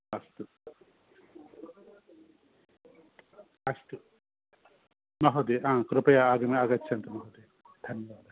अस्तु अस्तु महोदय कृपया आगमे आगच्छन्तु महोदया धन्यवादः